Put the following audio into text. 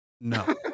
No